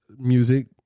music